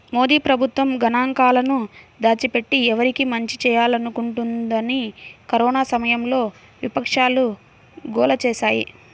మోదీ ప్రభుత్వం గణాంకాలను దాచిపెట్టి, ఎవరికి మంచి చేయాలనుకుంటోందని కరోనా సమయంలో విపక్షాలు గోల చేశాయి